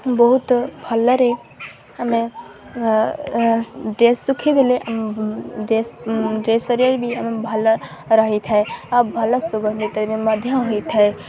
ବହୁତ ଭଲରେ ଆମେ ଡ୍ରେସ୍ ଶୁଖିଦେଲେ ଡ୍ରେସ୍ ଡ୍ରେସ ସରିଆରେ ବି ଆମେ ଭଲ ରହିଥାଏ ଆଉ ଭଲ ସୁଗନ୍ଧିତ ବି ମଧ୍ୟ ହୋଇଥାଏ